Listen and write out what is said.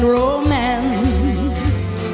romance